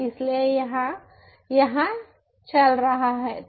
इसलिए यह यहां चल रहा है